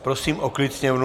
Prosím o klid sněmovnu!